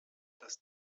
dass